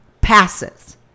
passes